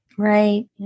Right